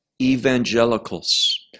evangelicals